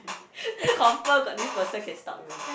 then confirm got this person can stop you